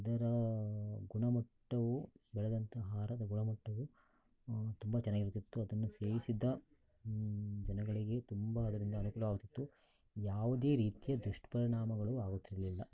ಅದರ ಗುಣಮಟ್ಟವು ಬೆಳೆದಂಥ ಆಹಾರದ ಗುಣಮಟ್ಟವು ತುಂಬ ಚೆನ್ನಾಗಿರುತ್ತಿತ್ತು ಅದನ್ನು ಸೇವಿಸಿದ್ದ ಜನಗಳಿಗೆ ತುಂಬ ಅದರಿಂದ ಅನುಕೂಲವಾಗುತ್ತಿತ್ತು ಯಾವುದೇ ರೀತಿಯ ದುಷ್ಪರಿಣಾಮಗಳು ಆಗುತ್ತಿರಲಿಲ್ಲ